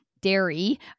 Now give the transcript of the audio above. dairy